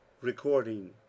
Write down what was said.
Recording